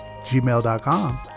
gmail.com